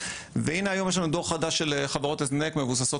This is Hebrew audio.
והינה היום יש לנו דור חדש של חברות הזנק מבוססות